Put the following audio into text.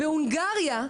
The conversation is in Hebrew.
בהונגריה,